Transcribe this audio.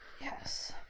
yes